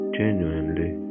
genuinely